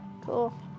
Cool